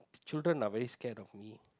children are very scared of me